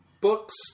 books